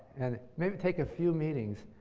and it may but take a few meetings.